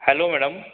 hello madam